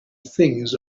things